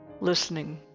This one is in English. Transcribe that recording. listening